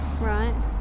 Right